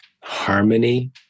harmony